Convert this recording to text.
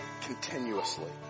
continuously